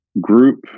group